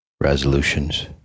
resolutions